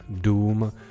Doom